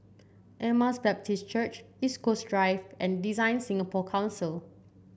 Emmaus Baptist Church East Coast Drive and DesignSingapore Council